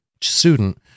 student